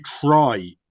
try